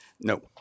No